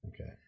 Okay